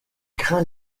craint